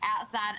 outside